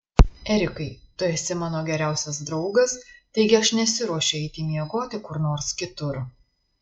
erikai tu esi mano geriausias draugas taigi aš nesiruošiu eiti miegoti kur nors kitur